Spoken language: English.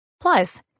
Plus